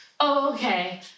okay